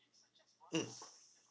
mm